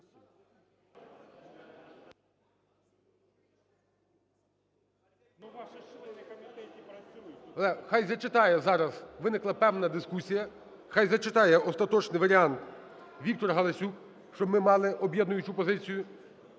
Хай зачитає зараз… Виникла певна дискусія. Хай зачитає остаточний варіант Віктор Галасюк, щоб ми мали об'єднуючу позицію.